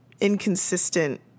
inconsistent